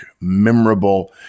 memorable